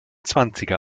zwanziger